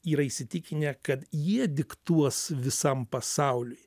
yra įsitikinę kad jie diktuos visam pasauliui